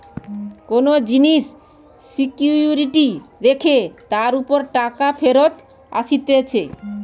কোন জিনিস সিকিউরিটি রেখে তার উপর টাকা ফেরত আসতিছে